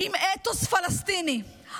עם אתוס פלסטיני,